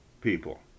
people